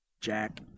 jack